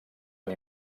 amb